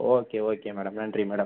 okay okay madam நன்றி madam